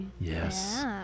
yes